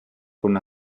con